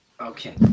Okay